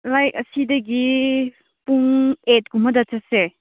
like ꯑꯁꯤꯗꯒꯤ ꯄꯨꯡ ꯑꯩꯠ ꯀꯨꯝꯕꯗ ꯆꯠꯁꯦ